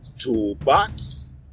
Toolbox